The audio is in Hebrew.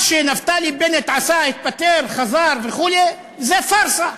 מה שנפתלי בנט עשה, התפטר, חזר וכו', זה פארסה,